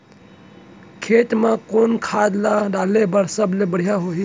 खेत म कोन खाद ला डाले बर सबले बढ़िया होही?